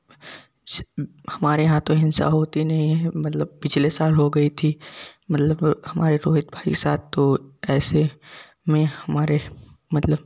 हमारे यहाँ तो हिंसा होती नहीं है मतलब पिछले साल हो गई थी मतलब हमारे रोहित भाई साथ तो ऐसे में हमारे मतलब